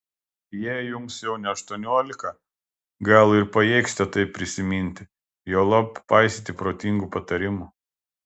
jei jums jau ne aštuoniolika gal ir pajėgsite tai prisiminti juolab paisyti protingų patarimų